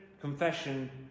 confession